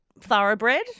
thoroughbred